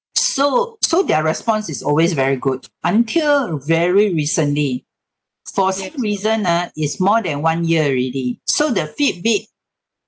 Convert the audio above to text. so so their response is always very good until very recently for some reason ah is more than one year already so the fitbit